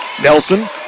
nelson